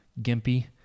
gimpy